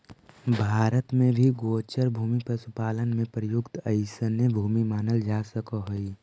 भारत में भी गोचर भूमि पशुपालन में प्रयुक्त अइसने भूमि मानल जा सकऽ हइ